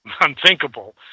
unthinkable